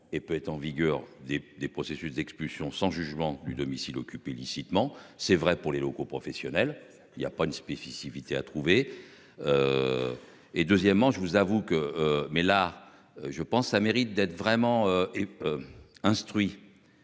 et peut être en vigueur des des processus d'expulsion sans jugement du domicile occupées illicitement. C'est vrai pour les locaux professionnels il y a pas une spécificité à. Trouver. Et deuxièmement, je vous avoue que. Mais là je pense ça mérite d'être vraiment et.